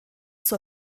zur